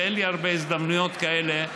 ואין לי הרבה הזדמנויות כאלה,